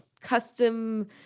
custom